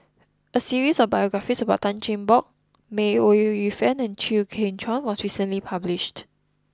a series of biographies about Tan Cheng Bock May Ooi Yu Fen and Chew Kheng Chuan was recently published